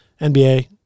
NBA